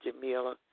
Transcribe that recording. Jamila